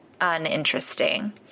uninteresting